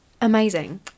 Amazing